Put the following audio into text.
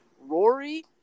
Rory